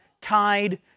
tied